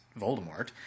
Voldemort